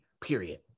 period